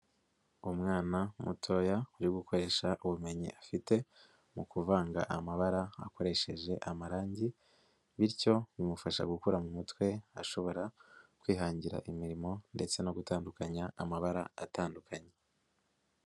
Umwana mutoya uri gukoresha ubumenyi afite, mu kuvanga amabara, akoresheje amarangi, bityo bimufasha gukura mu mutwe, ashobora kwihangira imirimo ndetse no gutandukanya amabara atandukanye.